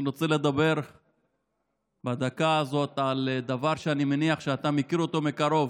אני רוצה לדבר בדקה הזאת על דבר שאני מניח שאתה מכיר אותו מקרוב.